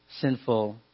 sinful